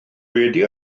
wedi